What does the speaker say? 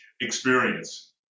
Experience